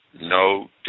no